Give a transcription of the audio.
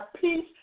peace